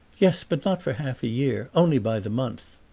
yes, but not for half a year. only by the month.